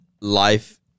life